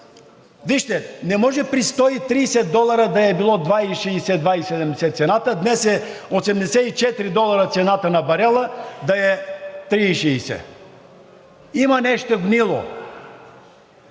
Вижте, не може при 130 долара да е била цената 2,60 – 2,70, а днес е 84 долара цената на барела, да е 3,60. Има нещо гнило!